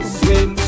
swim